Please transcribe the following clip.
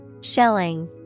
Shelling